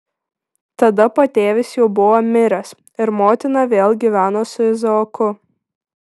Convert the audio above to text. tada patėvis jau buvo miręs ir motina vėl gyveno su izaoku